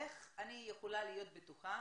איך אני יכולה להיות בטוחה